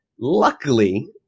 luckily